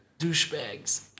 douchebags